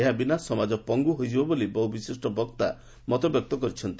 ଏହା ବିନା ସମାଜ ପଙ୍ଗୁ ହୋଇଯିବ ବୋଲି ବହୁ ବିଶିଷ୍ ବକ୍ତା ମତ ଦେଇଛନ୍ତି